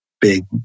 big